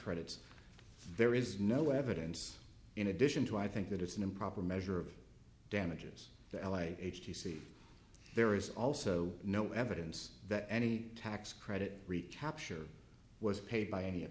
credits there is no evidence in addition to i think that it's an improper measure of damages the l a h d c there is also no evidence that any tax credit recapture was paid by any